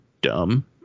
dumb